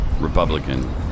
Republican